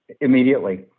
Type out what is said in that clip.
immediately